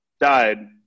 died